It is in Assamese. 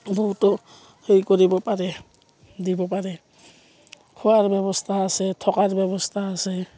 বহুতো হেৰি কৰিব পাৰে দিব পাৰে খোৱাৰ ব্যৱস্থা আছে থকাৰ ব্যৱস্থা আছে